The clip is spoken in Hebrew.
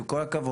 עם כל הכבוד,